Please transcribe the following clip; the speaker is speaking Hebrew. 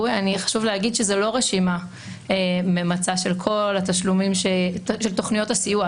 חשוב לי להגיד שזאת לא רשימה ממצה של כל תכניות הסיוע.